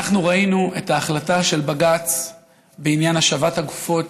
אנחנו ראינו את ההחלטה של בג"ץ בעניין השבת הגופות